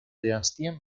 dinastia